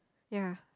ya